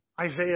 Isaiah